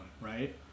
right